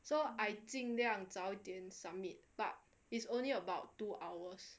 so I 尽量早一点 submit but is only about two hours